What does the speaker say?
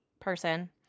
person